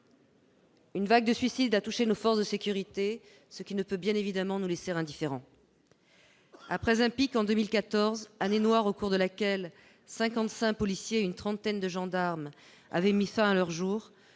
Une vague de suicides a touché nos forces de sécurité, ce qui ne peut bien entendu pas nous laisser indifférents. Après un pic en 2014, année noire au cours de laquelle cinquante-cinq policiers et une trentaine de gendarmes avaient mis fin à leurs jours,